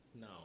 No